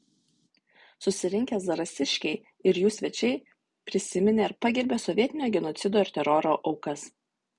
susirinkę zarasiškiai ir jų svečiai prisiminė ir pagerbė sovietinio genocido ir teroro aukas